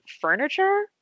furniture